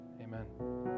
Amen